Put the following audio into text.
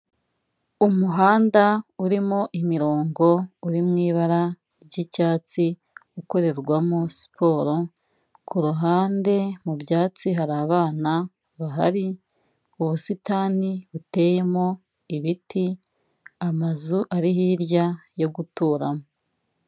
Umuhanda urimo imirongo uri mu ibara ry'icyatsi, ukorerwamo siporo, ku ruhande mu byatsi hari abana bahari, ubusitani buteyemo ibiti, amazu ari hirya yo guturamo.